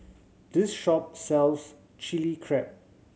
this shop sells Chili Crab